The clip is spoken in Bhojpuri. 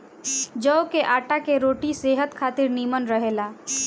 जव के आटा के रोटी सेहत खातिर निमन रहेला